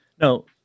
No